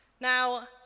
now